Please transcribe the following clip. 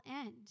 end